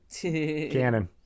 cannon